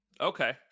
Okay